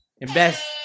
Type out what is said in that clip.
Invest